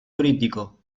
crítico